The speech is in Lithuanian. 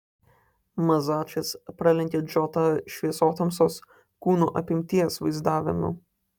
mazačas pralenkė džotą šviesotamsos kūno apimties vaizdavimu